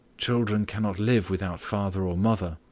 children cannot live without father or mother.